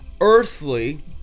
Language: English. earthly